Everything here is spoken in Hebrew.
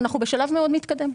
ואנחנו בשלב מאוד מתקדם.